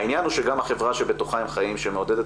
העניין הוא שגם החברה שבתוכה הם חיים שמעודדת